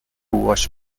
watch